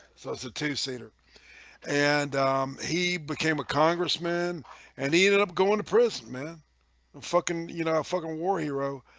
so that's a two-seater and he became a congressman and he ended up going to prison man fucking you know a fucking war hero